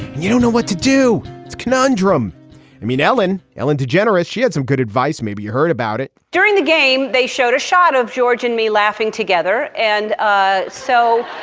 you don't know what to do conundrum i mean ellen ellen degeneres she had some good advice maybe you heard about it during the game. they showed a shot of george and me laughing together. and ah so